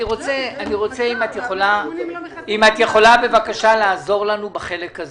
אני רוצה, אם את יכולה בבקשה לעזור לנו בחלק הזה.